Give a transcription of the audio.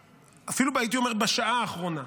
אפילו הייתי אומר ממש בשעה האחרונה,